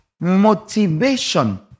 motivation